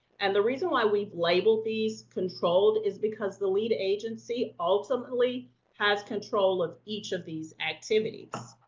and the reason why we've labeled these controlled is because the lead agency ultimately has control of each of these activities.